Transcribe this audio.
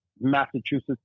Massachusetts